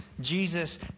Jesus